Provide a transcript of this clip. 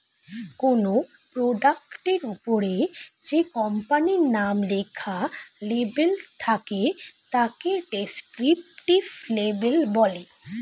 কোনো প্রোডাক্টের ওপরে যে কোম্পানির নাম লেখা লেবেল থাকে তাকে ডেসক্রিপটিভ লেবেল বলে